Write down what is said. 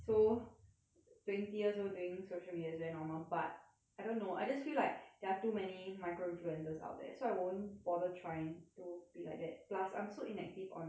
twenty years old doing social media is very normal but I don't know I just feel like there are too many micro-influencers out there so I won't bother trying to be like that plus I'm so inactive on social media